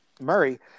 Murray